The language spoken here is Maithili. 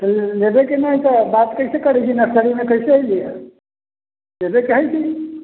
तऽ लेबै कि नहि तऽ बात कैसे करै छी नर्सरी मे कैसे एलीहँ लेबै चाही की